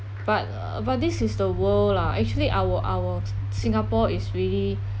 but ugh but this is the world lah actually our our singapore is really